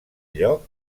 lloc